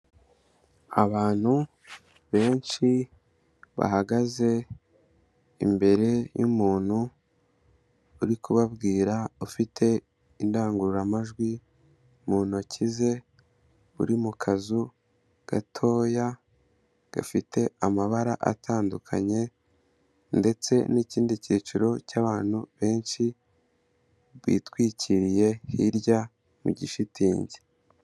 Abantu benshi bahagaze imbere y'umuntu, uri kubabwira ufite indangururamajwi mu ntoki ze, uri mu kazu gatoya gafite amabara atandukanye, ndetse n'ikindi cyiciro cy'abantu benshi, bitwikiriye hirya mu gishitingi.